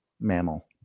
mammal